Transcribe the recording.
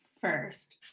first